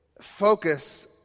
focus